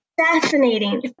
fascinating